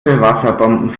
wasserbomben